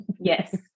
Yes